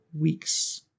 weeks